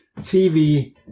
TV